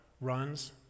runs